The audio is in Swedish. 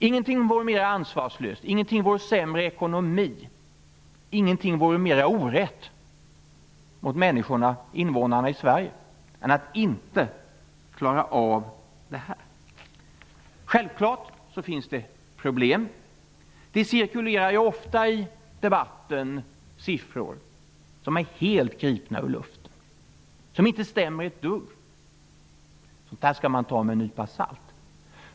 Ingenting vore mer ansvarslöst, ingenting vore sämre ekonomi, ingenting vore mera orätt mot människorna i Sverige än att vi inte klarade av det här. Självfallet finns det problem. Det cirkulerar ofta i debatten siffror som är helt gripna ur luften, som inte stämmer ett dugg. Sådant där skall man ta med en nypa salt.